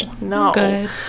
no